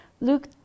Luke